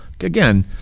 again